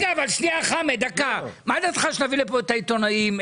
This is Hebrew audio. מה דעתך שנביא לפה את העיתונאים,